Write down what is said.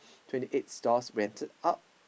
twenty eight stalls rented out